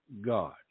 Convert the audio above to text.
God